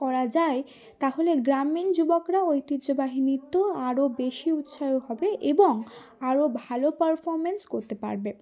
করা যায় তাহলে গ্রামীণ যুবকরা ঐতিহ্যবাহিনীর তো আরও বেশি উৎসাহ হবে এবং আরও ভালো পারফর্মেন্স করতে পারবে